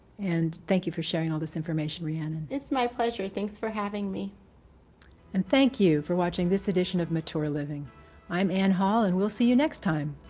and thank you for sharing all this information. and and it's my pleasure, thanks for having me and thank you for watching this edition of material living i'm anne hall and we'll see you next time.